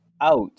out